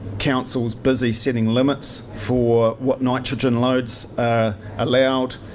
council is busy setting limits for what nitrogen loads are allowed,